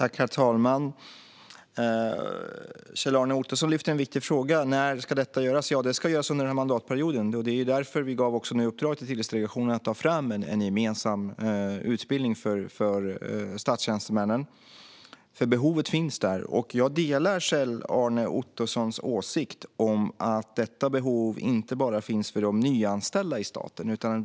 Herr talman! Kjell-Arne Ottosson lyfter en viktig fråga: När ska detta göras? Det ska göras under denna mandatperiod. Det är också därför vi har gett Tillitsdelegationen i uppdrag att ta fram en gemensam utbildning för statstjänstemän. Behovet finns där, och jag delar Kjell-Arne Ottossons åsikt att detta behov inte bara finns för de nyanställda i staten.